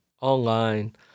online